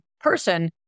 person